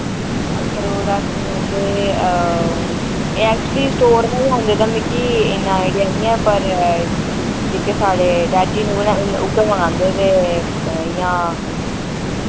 अखरोट अस लैंदे ए एक्चुअली स्टोर दा गै आंदे तां मिकी इन्ना आइडिया निं ऐ पर जेह्के साढ़े डैडी जी न उ'नें उ'ऐ मगांदे ते इ'यां